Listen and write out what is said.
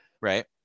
Right